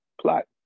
plot